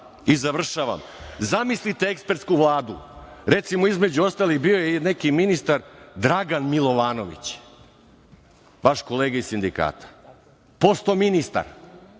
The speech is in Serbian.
vlade. Završavam. Zamislite ekspertsku vladu, recimo, između ostalih bio je i neki ministar Dragan Milovanović, vaš kolega iz sindikata postao ministar.